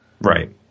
right